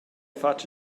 fatg